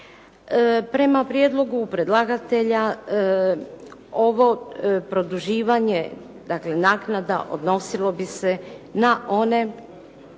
Prema prijedlogu predlagatelja ovo produživanje, dakle, naknada odnosilo bi se na one